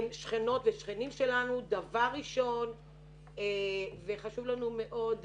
הם שכנות ושכנים שלנו, וחשוב לנו מאוד,